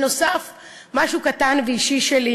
נוסף על כך, משהו קטן ואישי שלי.